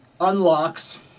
unlocks